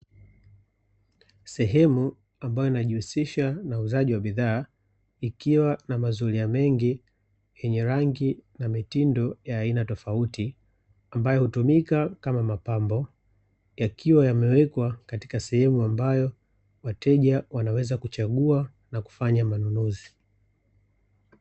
Sehemu ambayo inajihusisha na uuzaji wa bidhaa, ikiwa na mazulia mengi yenye rangi na mitindo ya aina tofauti, ambayo hutumika kama mapambo, yakiwa yamewekwa sehemu ambayo wateja wanaweza kuchagua na kufanya manunuzi.